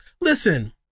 Listen